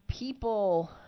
People